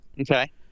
Okay